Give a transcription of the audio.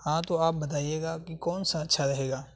ہاں تو آپ بتائیے گا کہ کون سا اچھا رہے گا